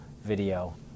video